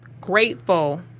grateful